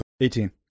Eighteen